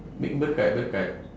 make berkat berkat